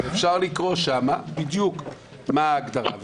אפשר לקרוא שם בדיוק מה ההגדרה.